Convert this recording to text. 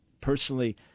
Personally